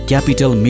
Capital